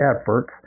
efforts